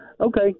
Okay